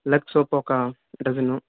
Lux soap ఒక dozen